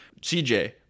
CJ